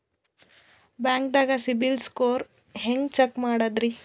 ಬ್ಯಾಂಕ್ದಾಗ ಸಿಬಿಲ್ ಸ್ಕೋರ್ ಹೆಂಗ್ ಚೆಕ್ ಮಾಡದ್ರಿ?